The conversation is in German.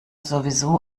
sowieso